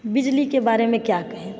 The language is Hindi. बिजली के बारे में क्या कहें